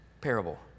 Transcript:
parable